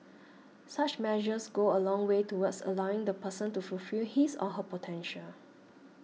such measures go a long way towards allowing the person to fulfil his or her potential